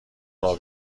راه